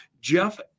Jeff